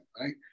right